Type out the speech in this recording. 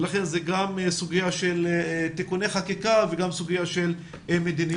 ולכן זו גם סוגיה של תיקוני חקיקה וגם סוגיה של מדיניות.